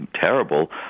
terrible